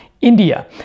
India